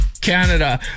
Canada